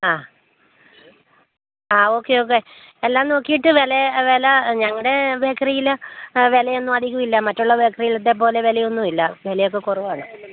ആ ആ okay okay എല്ലാം നോക്കിയിട്ട് വില വില ഞങ്ങളുടെ ബേക്കറിയിൽ വിലയൊന്നും അധികം ഇല്ല മറ്റുള്ള ബേക്കറിയിലത്തെ പോലെ വിലയൊന്നും ഇല്ല വിലയൊക്കെ കുറവാണ്